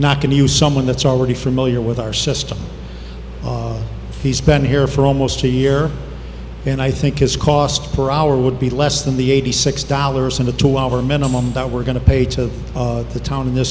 not going to use someone that's already familiar with our system he's been here for almost a year and i think his cost per hour would be less than the eighty six dollars and a two hour minimum that we're going to pay to the town in th